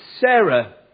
Sarah